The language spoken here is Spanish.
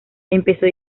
empezó